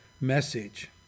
message